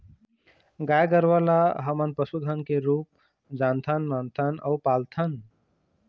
गाय गरूवा ल हमन पशु धन के रुप जानथन, मानथन अउ पालथन